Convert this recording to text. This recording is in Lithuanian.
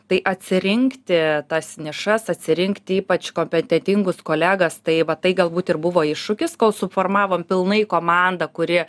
tai atsirinkti tas nišas atsirinkti ypač kompetentingus kolegas tai va tai galbūt ir buvo iššūkis kol suformavom pilnai komandą kuri